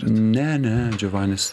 ne ne džiovanis